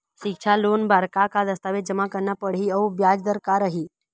सिक्छा लोन बार का का दस्तावेज जमा करना पढ़ही अउ ब्याज दर का रही?